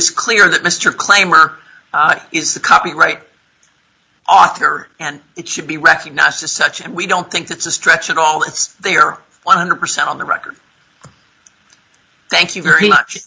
is clear that mr claimer is the copyright author and it should be recognized as such and we don't think that's a stretch at all it's they are one hundred percent on the record thank you very much